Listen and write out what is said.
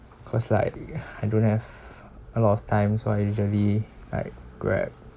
cause like I don't have a lot of time so I usually like grab